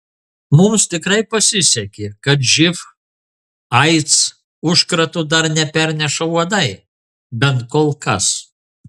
mums tikrai pasisekė kad živ aids užkrato dar neperneša uodai bent kol kas